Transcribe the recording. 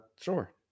sure